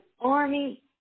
army